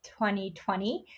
2020